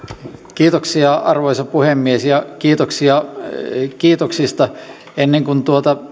arvoisa puhemies kiitoksia kiitoksista ennen kuin